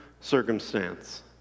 circumstance